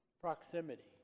proximity